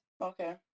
okay